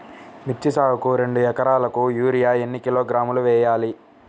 మిర్చి సాగుకు రెండు ఏకరాలకు యూరియా ఏన్ని కిలోగ్రాములు వేయాలి?